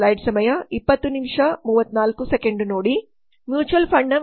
mutual ಫಂಡ್ನ ವಿಧಗಳು